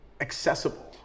accessible